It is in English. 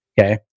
Okay